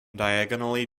diagonally